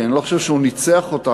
כי אני לא חושב שהוא ניצח אותנו,